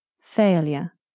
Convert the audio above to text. failure